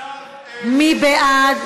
מי בעד?